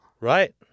Right